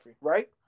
right